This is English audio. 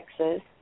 Texas